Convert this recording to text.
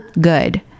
good